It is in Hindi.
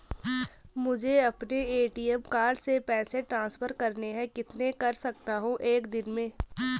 मुझे अपने ए.टी.एम कार्ड से पैसे ट्रांसफर करने हैं कितने कर सकता हूँ एक दिन में?